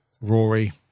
Rory